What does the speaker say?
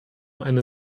eine